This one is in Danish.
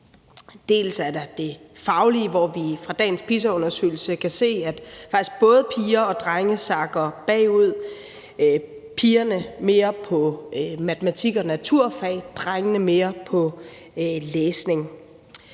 Der er det faglige, hvor vi fra dagens PISA-undersøgelse faktisk kan se, at både piger og drenge sakker bagud – pigerne mere i forhold til matematik og naturfag og drengene mere i